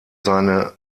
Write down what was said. seine